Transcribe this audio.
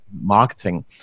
marketing